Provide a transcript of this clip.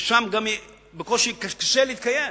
ששם גם קשה להתקיים.